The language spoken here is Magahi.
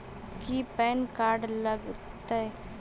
की पैन कार्ड लग तै?